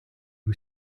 who